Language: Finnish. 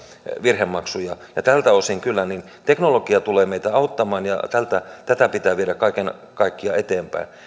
virhemaksuja tältä osin kyllä teknologia tulee meitä auttamaan ja tätä pitää viedä kaiken kaikkiaan eteenpäin